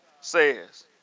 says